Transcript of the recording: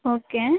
okay